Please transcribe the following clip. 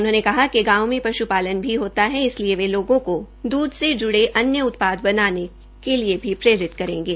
उन्होंने कहा कि गांव में पश् पालन भी होता है इसलिए वे लोगों को दूध से ज्ड़े अन्य उत्पाद बनाने के लिए भी प्रेरित करेंगे